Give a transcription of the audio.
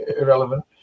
irrelevant